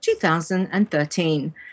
2013